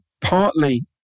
partly